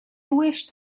wished